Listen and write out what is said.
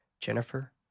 Jennifer